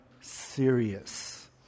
serious